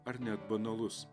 ar net banalus